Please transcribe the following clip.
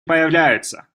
появляются